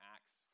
Acts